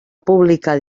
publicar